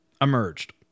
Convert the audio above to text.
emerged